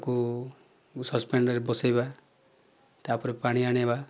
ତାକୁ ସସପେନ୍ ରେ ବସାଇବା ତା'ପରେ ପାଣି ଆଣିବା